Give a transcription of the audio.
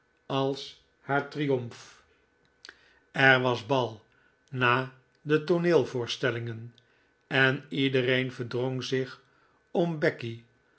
als haar triomf er was bal na de tooneelvoorstellingen en iedereen verdrong zich om becky